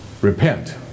repent